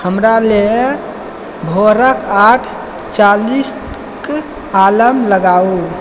हमरा लए भोरक आठ चालीसक अलार्म लगाउ